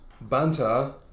banter